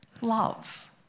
love